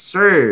Sir